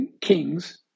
Kings